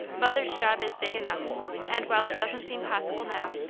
mother's job is big enough and while it doesn't seem possible now,